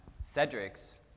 Cedric's